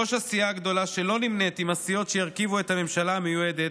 ראש הסיעה הגדולה שלא נמנית עם הסיעות שירכיבו את הממשלה המיועדת,